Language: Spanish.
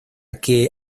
que